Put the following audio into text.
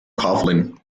coughlin